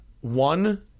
one